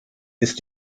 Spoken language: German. ist